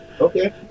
Okay